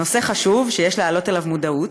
נושא חשוב שיש להעלות אליו מודעות,